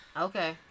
Okay